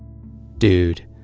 dude,